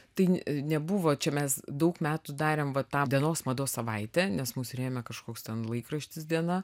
tai nebuvo čia mes daug metų darėm va tą dienos mados savaitę nes mus rėmė kažkoks ten laikraštis diena